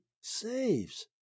saves